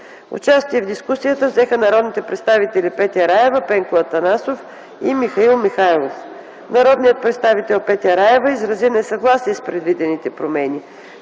Участие в дискусията взеха народните представители Петя Раева, Пенко Атанасов и Михаил Михайлов. Народният представител Петя Раева изрази несъгласие с предвидените промени.